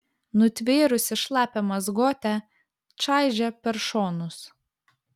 nutvėrusi šlapią mazgotę čaižė per šonus